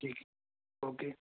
ٹھیک ہے اوکے